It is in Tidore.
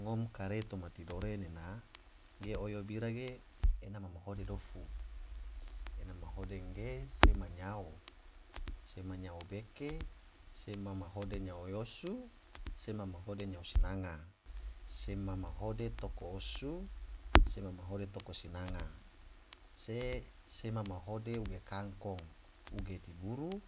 Ngom kare toma tidore nena ge oyo bira ge ena ma mahode dofu, ene mahode ge sema nyao, sema nyao beke, sema mahode nyao osu, sema mahode nyao sinanga, sema mahode toko osu, sema mahode toko sinanga, se sema mahode uge kangkong, uge diburu,